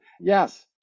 Yes